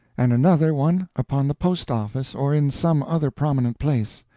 and another one upon the post-office or in some other prominent place.